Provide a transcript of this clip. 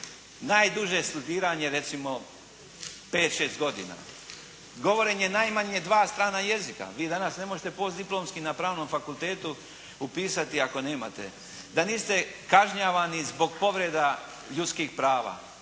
Najduže studiranje recimo pet, šest godina. Govorenje najmanje dva strana jezika. Vi danas ne možete postdiplomski na Pravnom fakultetu upisati ako nemate. Da niste kažnjavani zbog povreda ljudskih prava,